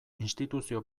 instituzio